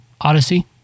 Odyssey